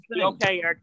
Okay